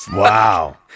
Wow